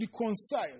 reconcile